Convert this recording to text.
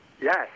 Yes